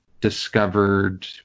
discovered